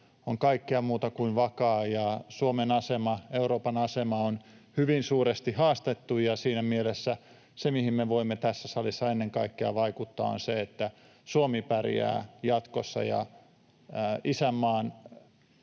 on kaikkea muuta kuin vakaa ja jossa Suomen asema ja Euroopan asema on hyvin suuresti haastettu, ja siinä mielessä se, mihin me voimme tässä salissa ennen kaikkea vaikuttaa, on se, että Suomi pärjää jatkossa ja isänmaan